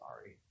Sorry